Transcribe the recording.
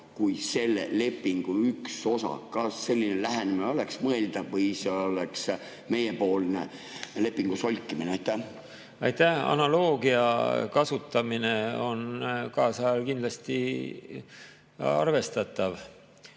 juba selle lepingu osa. Kas selline lähenemine oleks mõeldav või see oleks meiepoolne lepingu solkimine? Aitäh! Analoogia kasutamine on kaasajal kindlasti arvestatav